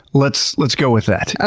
let's, let's go with that. ah